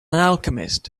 alchemist